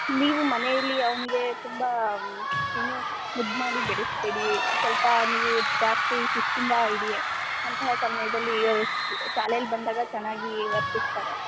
ನೀವು ಮನೆಯಲ್ಲಿ ಅವನಿಗೆ ತುಂಬ ಏನು ಮುದ್ದು ಮಾಡಿ ಬೆಳೆಸ್ಬೇಡಿ ಸ್ವಲ್ಪ ನೀವು ಜಾಸ್ತಿ ಶಿಸ್ತಿಂದ ಇಡಿ ಅಂತಹ ಸಮಯದಲ್ಲಿ ಇವ್ರು ಶಾಲೆಯಲ್ಲಿ ಬಂದಾಗ ಚೆನ್ನಾಗಿ ವರ್ತಿಸ್ತಾರೆ